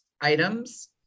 items